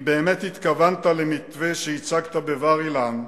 אם באמת התכוונת למתווה שהצגת בבר-אילן,